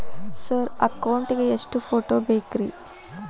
Sir account ಗೇ ಎಷ್ಟು photo ಬೇಕ್ರಿ?